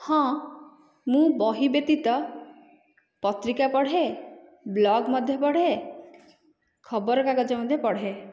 ହଁ ମୁଁ ବହି ବ୍ୟତୀତ ପତ୍ରିକା ପଢ଼େ ବ୍ଳଗ୍ ମଧ୍ୟ ପଢ଼େ ଖବର କାଗଜ ମଧ୍ୟ ପଢ଼େ